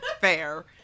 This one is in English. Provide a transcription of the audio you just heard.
Fair